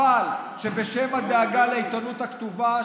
אבל שבשם הדאגה לעיתונות הכתובה,